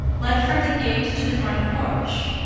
led from the gate to the front porch.